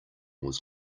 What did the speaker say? was